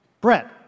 Brett